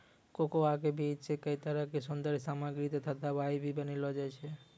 cocoa के बीज सॅ कई तरह के सौन्दर्य सामग्री तथा दवाई भी बनैलो जाय छै